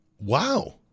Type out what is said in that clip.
Wow